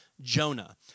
Jonah